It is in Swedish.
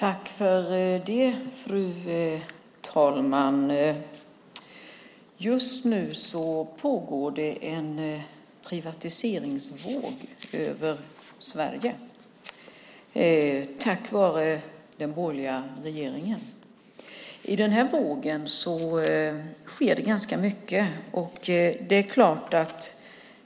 Fru ålderspresident! Just nu går en privatiseringsvåg över Sverige tack vare den borgerliga regeringen. I den vågen sker det ganska mycket.